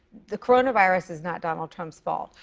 the coronavirus is not donald trump's fault,